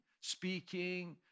speaking